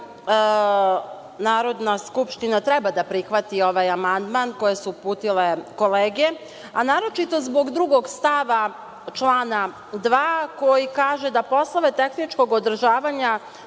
Narodna skupština treba da prihvati ovaj amandman koje su uputile kolege, a naročito zbog drugog stava člana 2. koji kaže da poslove tehničkog održavanja